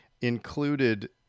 included